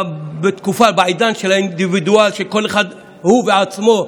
בעידן של האינדיבידואל, שכל אחד הוא עצמו.